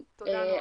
תודה, נועה.